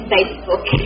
Facebook